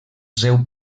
seu